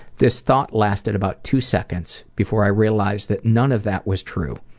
this thought lasted about two seconds before i realized that none of that was true.